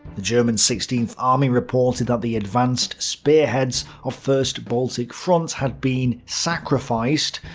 the german sixteenth army reported that the advanced spearheads of first baltic front had been sacrificed,